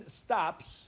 stops